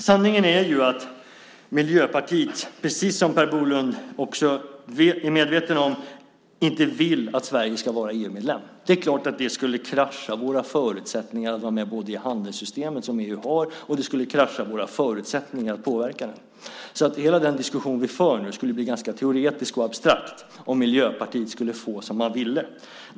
Sanningen är ju att Miljöpartiet, precis som Per Bolund också är medveten om, inte vill att Sverige ska vara EU-medlem. Det skulle krascha våra förutsättningar att vara med i det handelssystem som EU har, och det skulle krascha våra förutsättningar att påverka det. Hela den diskussion som vi för nu skulle bli ganska teoretisk och abstrakt om Miljöpartiet skulle få som man vill.